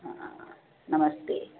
हाँ नमस्ते